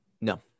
No